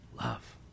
Love